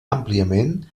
àmpliament